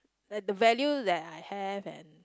the the value that I have and